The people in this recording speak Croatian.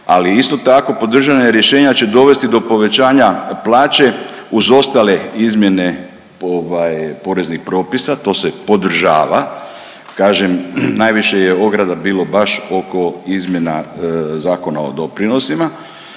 ali isto tako podržana rješenja će dovesti do povećanja plaće uz ostale izmjene ovaj poreznih propisa, to se podržava, kažem najviše je ograda bilo baš oko izmjena Zakona o doprinosima,